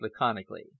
laconically